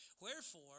Wherefore